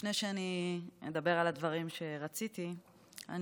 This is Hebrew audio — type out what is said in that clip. לפני שאני אדבר על הדברים שרציתי לדבר עליהם,